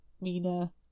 Mina